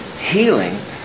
healing